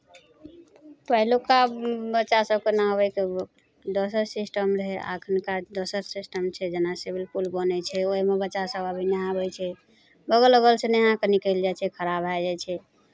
पहिलुक्का बच्चा सभके नहबयके ओ दोसर सिस्टम रहै अखुनका दोसर सिस्टम छै जेना स्वीमिंग पुल बनै छै ओहिमे बच्चासभ अब नहाबै छै बगल अगलसँ नहाए कऽ निकलि जाइ छै खड़ा भए जाइ छै